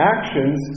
Actions